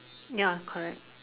ya correct